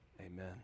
amen